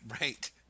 Right